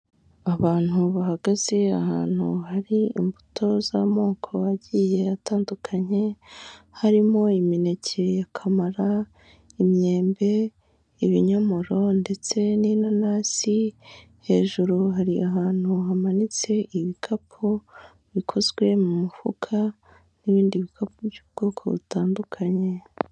Abantu bahagaze ahantu hari imbuto z'amoko agiye atandukanye, harimo imineke ya kamara, imyembe, ibinyomoro ndetse n'inanasi, hejuru hari ahantu hamanitse ibikapu bikozwe mu mufuka n'ibindi bikapu by'ubwoko butandukanye.